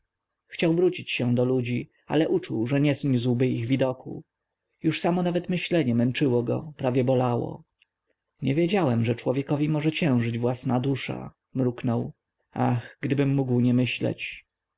chciał wrócić się do ludzi ale uczuł że nie zniósłby ich widoku już samo nawet myślenie męczyło go prawie bolało nie wiedziałem że człowiekowi może ciężyć własna dusza mruknął ach gdybym mógł nie myśleć